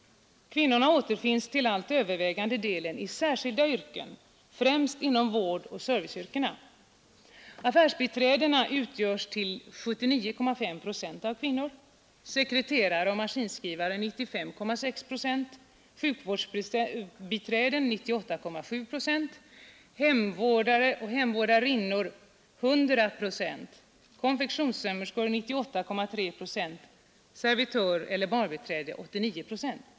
Kvinnorna återfinns till allt övervägande del i särskilda yrken, främst inom vårdoch serviceyrkena. Affärsbiträden utgörs till 79,5 procent av kvinnor, sekreterare och maskinskrivare till 95,6 procent, sjukvårdsbiträden till 98,7 procent, hemvårdare och hemvårdarinnor till 100 procent, konfektionssömmerskor till 98,3 procent och servitör eller barbiträde till 89,0 procent.